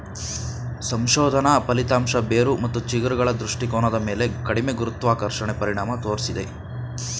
ಸಂಶೋಧನಾ ಫಲಿತಾಂಶ ಬೇರು ಮತ್ತು ಚಿಗುರುಗಳ ದೃಷ್ಟಿಕೋನದ ಮೇಲೆ ಕಡಿಮೆ ಗುರುತ್ವಾಕರ್ಷಣೆ ಪರಿಣಾಮ ತೋರ್ಸಿದೆ